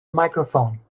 microphone